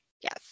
Yes